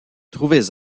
trouvez